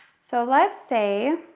so let's say